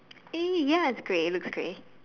A yes great it looks grey